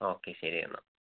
okay ശരി എന്നാൽ